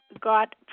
got